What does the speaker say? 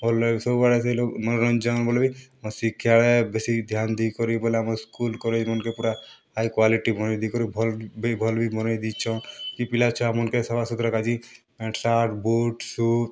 ଭଲ୍ ଲାଗେ ସବୁବେଳେ ସେ ଲୋକ୍ ଚାହେଁ ବୋଲି ଆଉ ଶିକ୍ଷାରେ ବେଶୀ ଧ୍ୟାନ ଦେଇ କରି ବୋଲେ ଆମ ସ୍କୁଲ୍ କଲେଜ୍ମାନ୍କେ ପୁରା ଆଜ କ୍ୱାଲିଟି ବନେଇ ଦେଇ କରି ଭଲ୍ ବି ଭଲ୍ ବି ବନେଇ ଦେଇଛନ୍ କି ପିଲା ଛୁଆମାନଙ୍କେ ସଫା ସୁତୁରା କାଜି ପେଣ୍ଟ୍ ସାର୍ଟ୍ ବୁଟ୍ ସୁଟ୍